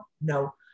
no